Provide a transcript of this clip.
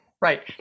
right